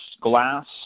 glass